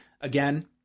again